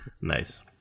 nice